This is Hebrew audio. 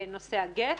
נושא הגט.